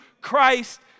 Christ